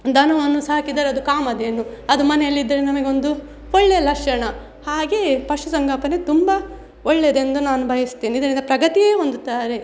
ದನವನ್ನು ಸಾಕಿದರೆ ಅದು ಕಾಮಧೇನು ಅದು ಮನೆಯಲ್ಲಿದ್ದರೆ ನಮಗೊಂದು ಒಳ್ಳೆಯ ಲಕ್ಷಣ ಹಾಗೆಯೇ ಪಶುಸಂಗೋಪನೆ ತುಂಬ ಒಳ್ಳೆಯದೆಂದು ನಾನು ಬಯಸ್ತೇನೆ ಇದರಿಂದ ಪ್ರಗತಿಯೇ ಹೊಂದುತ್ತಾರೆ